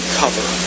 cover